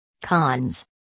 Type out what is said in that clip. Cons